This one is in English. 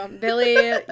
Billy